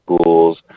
schools